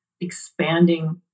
expanding